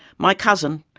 my cousin,